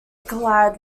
glad